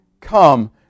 Come